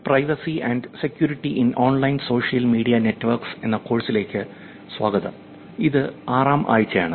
privacy and security in online social media networks എന്ന കോഴ്സിലേക്ക് തിരികെ സ്വാഗതം ഇത് ആറാം ആഴ്ചയാണ്